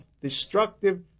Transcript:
destructive